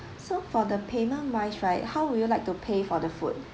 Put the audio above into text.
so for the payment wise right how would you like to pay for the food